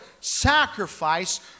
sacrifice